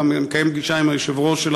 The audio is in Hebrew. אתה מקיים פגישה עם יושב-ראש הרשות.